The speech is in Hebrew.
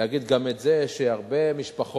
להגיד גם את זה, שהרבה משפחות